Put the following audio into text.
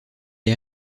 est